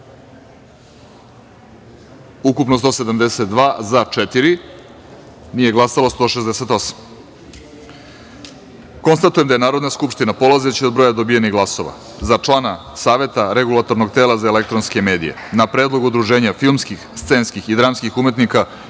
za – četvoro, nije glasalo 168.Konstatujem da je Narodna skupština polazeći od broja dobijenih glasova za člana Saveta Regulatornog tela za elektronske medije, na predlog Udruženja filmskih, scenskih i dramskih umetnika